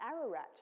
Ararat